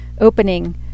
opening